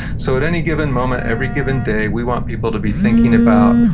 so, at any given moment, every given day, we want people to be thinking about,